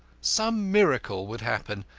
some miracle would happen.